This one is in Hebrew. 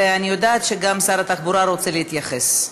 ואני יודעת שגם שר התחבורה רוצה להתייחס.